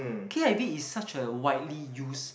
k_i_v is such a widely use